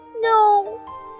No